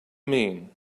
mean